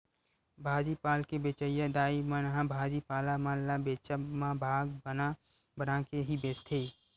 भाजी पाल के बेंचइया दाई मन ह भाजी पाला मन ल बेंचब म भाग बना बना के ही बेंचथे